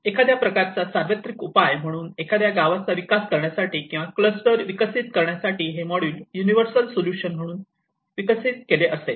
एखाद्या प्रकारचा सार्वत्रिक उपाय म्हणून एखाद्या गावाचा विकास करण्यासाठी किंवा क्लस्टर विकसित करण्यासाठी हे मॉड्यूल युनिव्हर्सल सोल्युशन म्हणून विकसित केले असेल